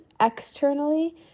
externally